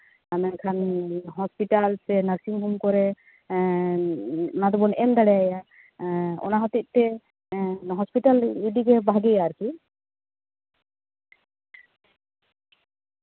ᱢᱟ ᱮᱱᱠᱷᱟᱱ ᱦᱚᱥᱯᱤᱴᱟᱞ ᱥᱮ ᱱᱟᱨᱥᱤᱝ ᱦᱳᱢ ᱠᱚᱨᱮ ᱚᱱᱟ ᱫᱚᱵᱚᱱ ᱮᱢ ᱫᱟᱲᱮᱣᱟᱭᱟ ᱚᱱᱟ ᱦᱚᱛᱮᱡᱛᱮ ᱦᱚᱥᱯᱤᱴᱟᱞ ᱤᱫᱤ ᱜᱮ ᱵᱷᱟᱜᱮᱭᱟ ᱟᱨᱠᱤ